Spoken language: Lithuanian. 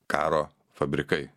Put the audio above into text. karo fabrikai